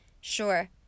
sure